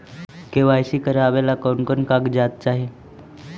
KYC करावे ले कोन कोन कागजात चाही?